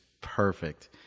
perfect